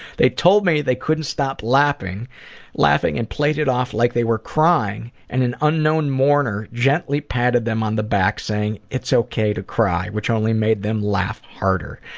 they told me that they couldn't stop laughing laughing and played it off like they were crying. and an unknown mourner gently patted them on the back saying it's ok to cry, which only made them laugh harder.